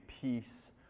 peace